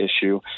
issue